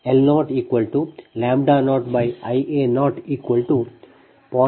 ಈಗ L00Ia00